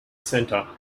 centre